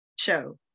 show